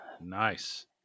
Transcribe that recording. Nice